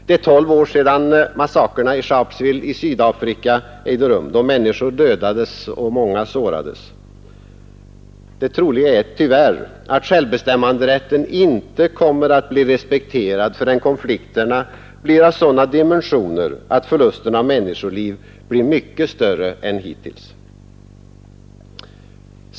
Det är tolv år sedan massakrerna i Sharpeville i Sydafrika ägde rum, då människor dödades och många sårades. Det troliga är tyvärr att självbestämmanderätten inte kommer att bli respekterad förrän konflikterna får sådana dimensioner att förlusterna av människoliv blir mycket större än hittills.